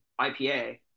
IPA